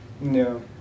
No